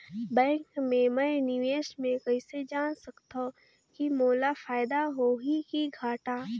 Bank मे मैं निवेश मे कइसे जान सकथव कि मोला फायदा होही कि घाटा?